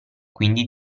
quindi